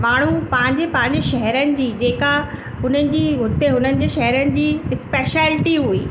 माण्हू पंहिंजे पंहिंजे शहरनि जी जेका हुननि जी हुते हुननि जे शहरनि जी स्पेशलिटी हुई